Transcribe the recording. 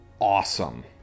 awesome